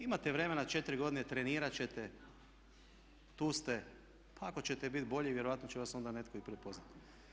Imate vremena 4 godine, trenirat ćete, tu ste pa ako ćete biti bolji vjerojatno će vas onda netko i prepoznati.